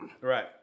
Right